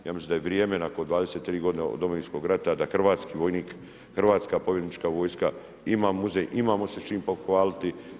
Ja mislim da je vrijeme nakon 23 godine od Domovinskog rata da hrvatski vojnik, hrvatska pobjednička vojska ima muzej, imamo se s čim pohvaliti.